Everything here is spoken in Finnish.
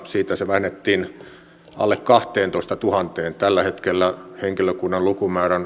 siitä se vähennettiin alle kahteentoistatuhanteen tällä hetkellä henkilökunnan lukumäärä on